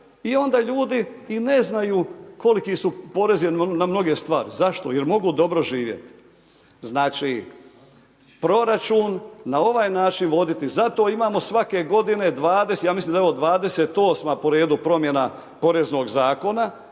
i onda ljudi i ne znaju koliki su porezi na mnoge stvari. Zašto? Jer mogu dobro živjeti. Znači, proračun na ovaj način voditi. Zato imamo svake godine 20, ja mislim da je ovo 28. po redu promjena Poreznog zakona